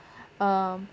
um